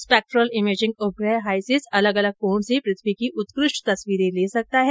spectral imaging उपग्रह HySIS अलग अलग कोण से पृथ्वी की उत्कृष्ट तस्वीरें ले सकता है